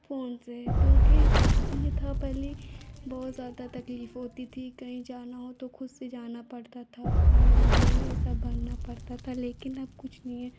phone से क्योंकि यह था पहले बहुत ज़्यादा तकलीफ़ होती थी कहीं जाना हो तो खुद से जाना पड़ता था फॉर्म वग़ैरह यह सब भरना पड़ता था लेकिन अब कुछ नहीं है